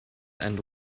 and